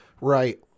Right